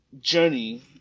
journey